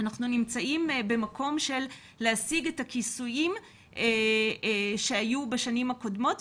אנחנו נמצאים במקום של השגת הכיסויים שהיו בשנים הקודמות,